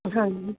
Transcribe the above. ਹਾਂਜੀ